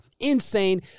insane